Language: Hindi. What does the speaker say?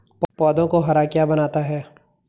पौधों को हरा क्या बनाता है?